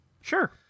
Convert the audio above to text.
sure